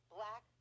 Black